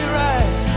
right